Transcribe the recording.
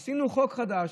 עשינו חוק חדש,